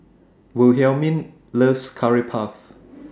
Wilhelmine loves Curry Puff